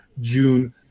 June